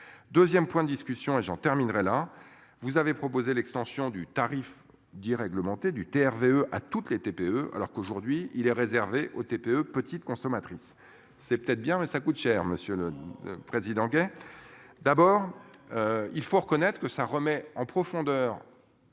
2ème point de discussion et j'en terminerai là vous avez proposé l'extension du tarif 10 réglementés du TRV à toutes les TPE alors qu'aujourd'hui il est réservée aux TPE petite consommatrice. C'est peut-être bien mais ça coûte cher Monsieur le. Président gay. D'abord. Il faut reconnaître que ça remet en profondeur.